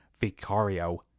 Vicario